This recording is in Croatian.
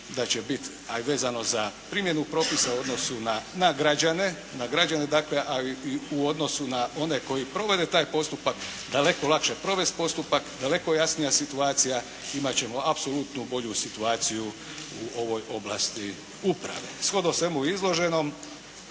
da će biti a i vezano za primjenu propisa u odnosu na građane, na građane dakle a i u odnosu na one koji provode taj postupak daleko lakše provesti postupak, daleko jasnija situacija, imat ćemo apsolutno bolju situaciju u ovoj oblasti uprave. Shodno svemu izloženom,